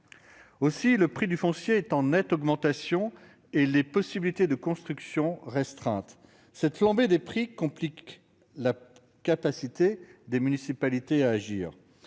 Le prix du foncier est donc en nette augmentation et les possibilités de construction sont restreintes. Cette flambée des prix complique la capacité des municipalités à agir.